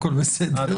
הכול בסדר.